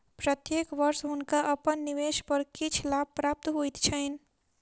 प्रत्येक वर्ष हुनका अपन निवेश पर किछ लाभ प्राप्त होइत छैन